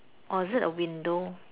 or is it a window